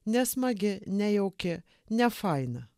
nesmagi nejauki nefaina